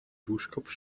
duschkopf